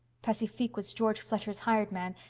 pacifique was george fletcher's hired man,